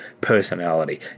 personality